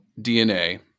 DNA